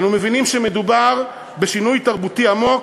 אנו מבינים שמדובר בשינוי תרבותי עמוק,